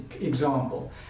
example